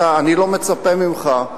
אני לא מצפה ממך,